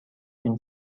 این